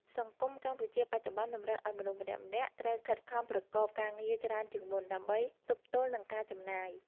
សង្គមកម្ពុជាបច្ចុប្បន្នតម្រូវឱ្យមនុស្សម្នាក់ៗត្រូវខិតខំប្រកបការងារច្រើនជាងមុន ដើម្បីទប់ទល់នឹងការចំណាយ។